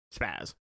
Spaz